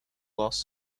loss